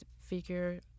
figure